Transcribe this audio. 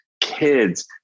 kids